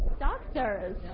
Doctors